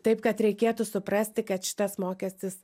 taip kad reikėtų suprasti kad šitas mokestis